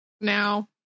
now